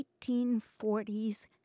1840s